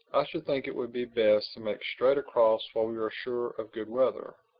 i should think it would be best to make straight across while we are sure of good weather.